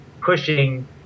pushing